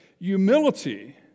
Humility